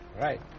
Right